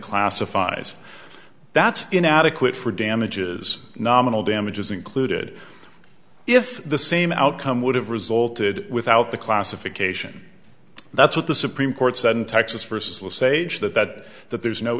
classifies that's inadequate for damages nominal damages included if the same outcome would have resulted without the classification that's what the supreme court said in texas versus the sage that that that there's no